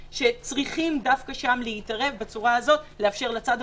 גרושים שיספרו סיפורים קורעי לב על התעללות שהם עברו מהצד השני.